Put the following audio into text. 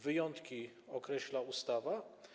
Wyjątki określa ustawa.